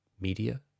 media